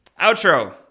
outro